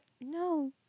no